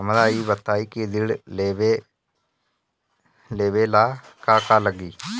हमरा ई बताई की ऋण लेवे ला का का लागी?